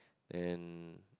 and